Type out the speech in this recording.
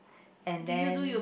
and then